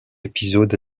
épisode